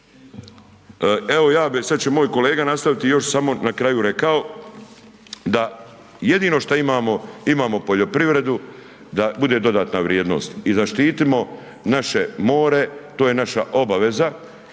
proizvoda. Sad će moj kolega nastaviti još samo na kraju bi rekao da jedino što imamo, imamo poljoprivredu, da bude dodatna vrijednost i zaštitimo naše more, to je naša obaveza